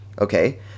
okay